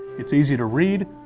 it's easy to read,